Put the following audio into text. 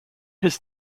his